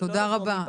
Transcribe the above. תודה רבה.